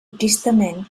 tristament